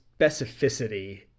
specificity